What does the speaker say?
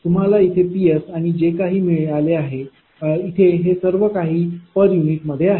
तुम्हाला इथे Psकिंवा जे काही मिळेल आहे इथे हे सर्व काही पर युनिट मध्ये आहे